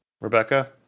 Rebecca